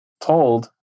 told